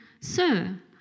Sir